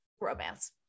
romance